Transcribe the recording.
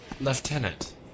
Lieutenant